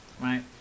right